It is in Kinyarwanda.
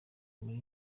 muri